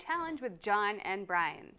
challenge with john and brian